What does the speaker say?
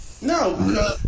No